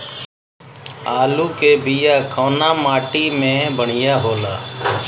आलू के बिया कवना माटी मे बढ़ियां होला?